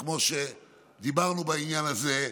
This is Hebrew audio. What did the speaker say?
כמו שדיברנו בעניין הזה,